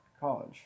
college